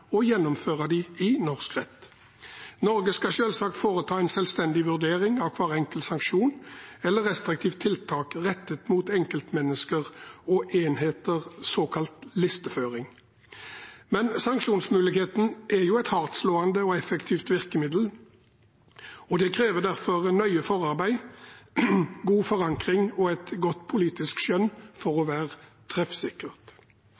og å gjennomføre dem i norsk rett. Norge skal selvsagt foreta en selvstendig vurdering av hver enkelt sanksjon eller restriktivt tiltak rettet mot enkeltmennesker og enheter, såkalt listeføring. Men sanksjonsmuligheten er jo et hardtslående og effektivt virkemiddel, og det krever nøye forarbeid, god forankring og et godt politisk skjønn for å